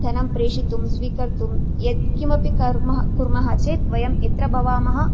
धनं प्रेषितुं स्वीकर्तुं यद् किमपि कर्म कुर्मः चेत् वयं यत्र भवामः